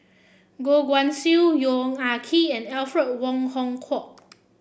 Goh Guan Siew Yong Ah Kee and Alfred Wong Hong Kwok